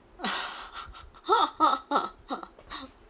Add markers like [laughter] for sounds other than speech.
[laughs]